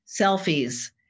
selfies